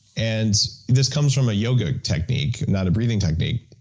and this comes from a yoga technique, not a breathing technique.